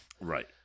Right